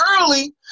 early